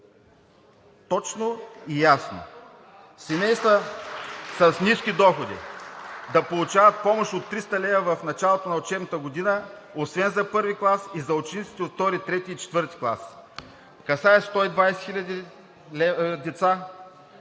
България.“) Семейства с ниски доходи да получават помощ от 300 лв. в началото на учебната година, освен за I клас и за учениците от II, III и IV клас, касае 120 хил. деца,